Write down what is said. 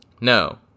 No